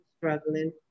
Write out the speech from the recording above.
struggling